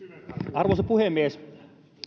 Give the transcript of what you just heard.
arvoisa puhemies